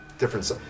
different